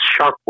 shockwave